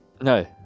No